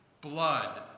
blood